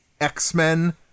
X-Men